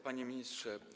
Panie Ministrze!